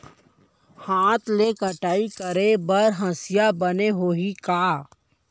हाथ ले कटाई करे बर हसिया बने होही का?